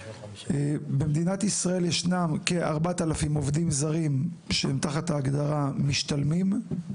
במדינת ישראל יש כ-4,000 עובדים זרים שהם תחת ההגדרה "משתלמים".